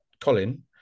Colin